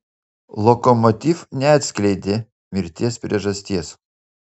lokomotiv neatskleidė mirties priežasties